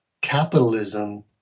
capitalism